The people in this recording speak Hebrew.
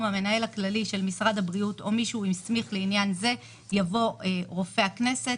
המנהל הכללי של משרד הבריאות או מי שהוא הסמיך לעניין זה יבוא רופא הכנסת.